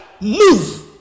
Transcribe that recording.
move